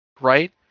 Right